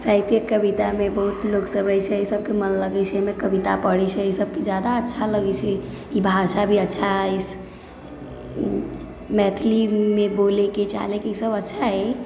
साहित्यिक कवितामे बहुत लोकसभ रहै छै इसभके मन लागै छै कविता पढ़ै छै इसभके ज्यादा अच्छा लगै छै ई भाषा भी अच्छा हइ मैथिलीमे बोलयके चालयके इसभ अच्छा हइ